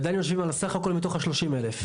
עם עדיין יושבים על סכום מתוך הסך הכול של ה-30 אלף.